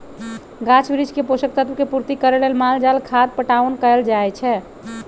गाछ वृक्ष के पोषक तत्व के पूर्ति करे लेल माल जाल खाद पटाओन कएल जाए छै